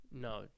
No